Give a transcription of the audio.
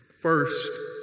First